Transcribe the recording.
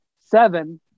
seven